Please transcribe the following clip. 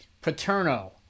Paterno